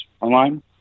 online